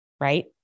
right